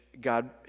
God